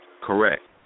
Correct